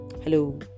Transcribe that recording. hello